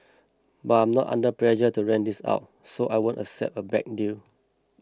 but I'm not under pressure to rent this out so I won't accept a bad deal